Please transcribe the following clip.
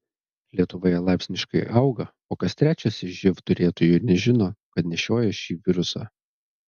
lietuvoje laipsniškai auga o kas trečias iš živ turėtojų nežino kad nešioja šį virusą